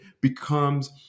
becomes